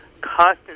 constant